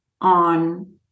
on